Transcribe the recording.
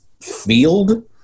field